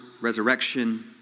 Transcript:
resurrection